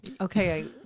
Okay